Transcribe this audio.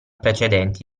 precedenti